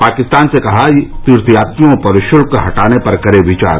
पाकिस्तान से कहा तीर्थयात्रियों पर शुल्क हटाने पर करे विचार